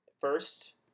first